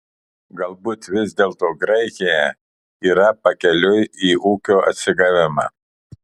galbūt vis dėlto graikija yra pakeliui į ūkio atsigavimą